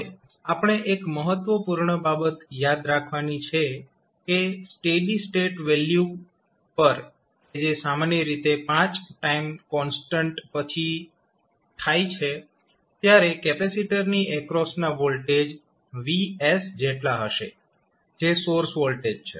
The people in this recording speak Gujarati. હવે આપણે એક મહત્વપૂર્ણ બાબત યાદ રાખવાની છે કે સ્ટેડી સ્ટેટ વેલ્યુ પર કે જે સામાન્ય રીતે 5 ટાઈમ કોન્સ્ટન્ટ પછી થાય છે ત્યારે કેપેસિટર ની એક્રોસ ના વોલ્ટેજ Vs જેટલા હશે જે સોર્સ વોલ્ટેજ છે